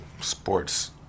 sports